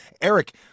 Eric